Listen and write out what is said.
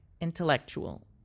Intellectual